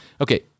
Okay